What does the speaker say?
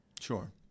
Sure